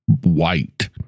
white